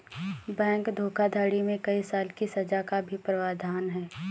bank धोखाधड़ी में कई साल की सज़ा का भी प्रावधान है